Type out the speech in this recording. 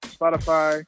Spotify